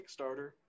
kickstarter